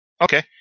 okay